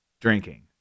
drinking